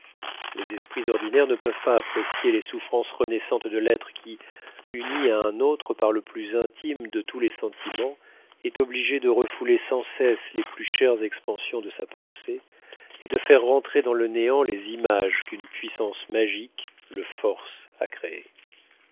les esprits ordinaires ne peuvent pas apprécier les souffrances renaissantes de l'être qui uni à un autre par le plus intime de tous les sentiments est obligé de refouler sans cesse les plus chères expansions de sa pensée et de faire rentrer dans le néant les images qu'une puissance magique le force à créer